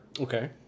Okay